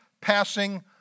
passing